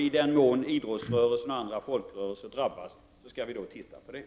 I den mån idrottsrörelsen och andra folkrörelser drabbas skall vi titta på det.